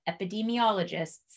epidemiologists